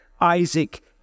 Isaac